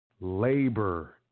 Labor